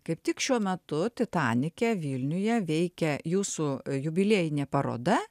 kaip tik šiuo metu titanike vilniuje veikia jūsų jubiliejinė paroda